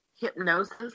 hypnosis